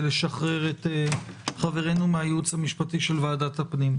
לשחרר את חברינו מהייעוץ המשפטי של ועדת הפנים.